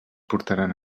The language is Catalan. portaran